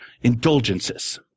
indulgences